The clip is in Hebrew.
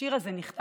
השיר הזה נכתב